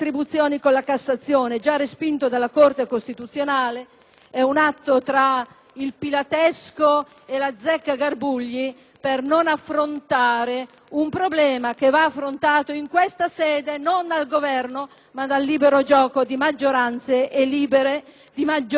È un atto tra il pilatesco e l'azzeccagarbugli per non affrontare un problema che va affrontato in questa sede, non dal Governo, ma dal libero gioco di maggioranze e minoranze, entrambe libere seconda coscienza.